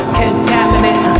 contaminant